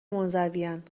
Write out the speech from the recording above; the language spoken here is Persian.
منزوین